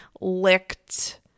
licked